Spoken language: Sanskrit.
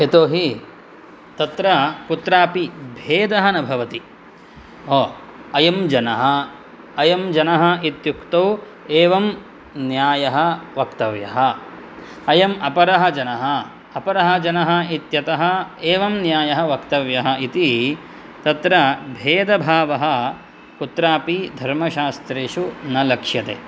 यतोहि तत्र कुत्रापि भेदः न भवति अयं जनः अयं जनः इत्युक्तौ एवं न्यायः वक्तव्यः अयम् अपरः जनः अपरः जनः इत्यतः एवं न्यायः वक्तव्यः इति तत्र भेदभावः कुत्रापि धर्मशास्त्रेषु न लक्ष्यते